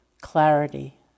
clarity